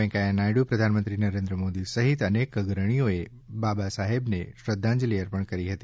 વેકૈયા નાયડુ પ્રધાનમંત્રી નરેન્દ્ર મોદી સહિત અનેક અગ્રણિઓ બાબા સાહેબને શ્રધ્ધાંજલિ અર્પણ કરી હતી